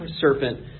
serpent